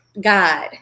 God